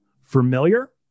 familiar